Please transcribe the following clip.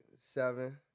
seven